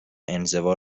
انزوا